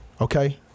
Okay